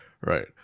right